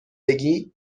بگی